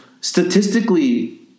statistically